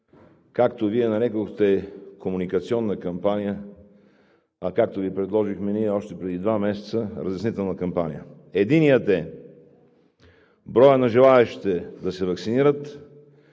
както Вие я нарекохте, комуникационна кампания, а както Ви предложихме ние още преди два месеца, разяснителна кампания. Единият е броят на желаещите да се ваксинират.